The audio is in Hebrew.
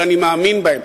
שאני מאמין בהם,